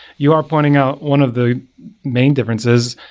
you are pointing out one of the main differences,